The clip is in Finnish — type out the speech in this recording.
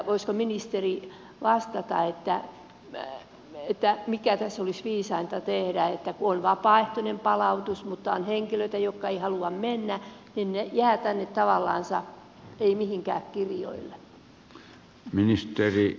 voisiko ministeri vastata mitä tässä olisi viisainta tehdä kun on vapaaehtoinen paluu mutta on henkilöitä jotka eivät halua mennä ja he jäävät tänne tavallansa ei mihinkään kirjoille